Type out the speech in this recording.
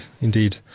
indeed